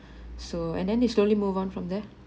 so and then they slowly move on from there